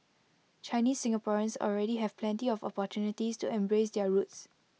Chinese Singaporeans already have plenty of opportunities to embrace their roots